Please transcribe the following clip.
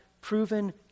Proven